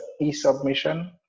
e-submission